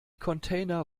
container